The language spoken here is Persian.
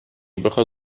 بخاد